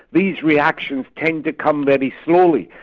these reactions tend to come very slowly,